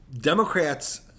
Democrats